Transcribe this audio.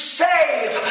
save